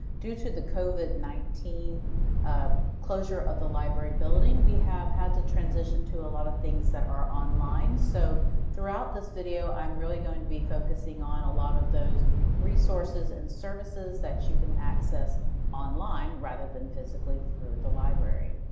due to the covid nineteen ah closure of the library building we have had to transition to a lot of things that are online. so throughout this video i'm really going to be focusing on a lot of those resources and services that you can access online rather than physically through the library.